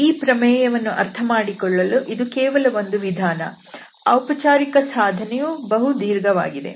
ಈ ಪ್ರಮೇಯವನ್ನು ಅರ್ಥಮಾಡಿಕೊಳ್ಳಲು ಇದು ಕೇವಲ ಒಂದು ವಿಧಾನ ಔಪಚಾರಿಕ ಸಾಧನೆಯು ಬಹು ದೀರ್ಘವಾಗಿದೆ